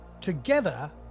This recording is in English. Together